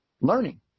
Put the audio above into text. learning